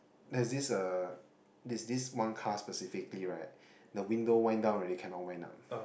like this uh is this Moncars specifically right the window wind down already can not wind up